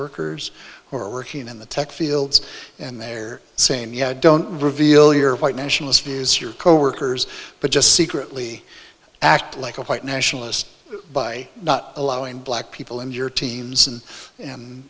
workers who are working in the tech fields and they are saying yeah don't reveal your white nationalist views your coworkers but just secretly act like a white nationalist by not allowing black people in your teams and and